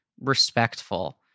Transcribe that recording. respectful